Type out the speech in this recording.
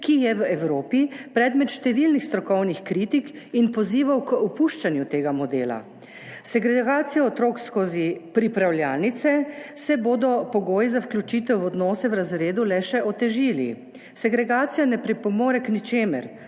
ki je v Evropi predmet številnih strokovnih kritik in pozivov k opuščanju tega modela. S segregacijo otrok skozi pripravljalnice se bodo pogoji za vključitev v odnose v razredu le še otežili. Segregacija ne pripomore k ničemur,